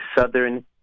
Southern